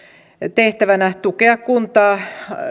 tehtävänä tukea kuntaa